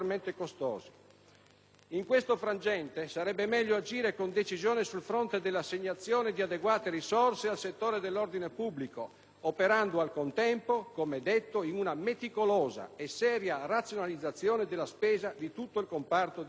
In questo frangente, sarebbe meglio agire con decisione sul fronte dell'assegnazione di adeguate risorse al settore dell'ordine pubblico, operando al contempo, come detto, una meticolosa e seria razionalizzazione della spesa di tutto il comparto difesa e sicurezza.